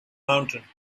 mountain